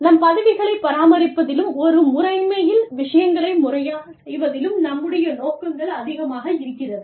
நம் பதவிகளைப் பராமரிப்பதிலும் ஒரு முறைமையில் விஷயங்களை முறையாகச் செய்வதிலும் நம்முடைய நோக்கம் அதிகமாக இருக்கிறது